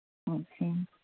okay